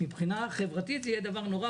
מבחינה חברתית זה יהיה דבר נורא,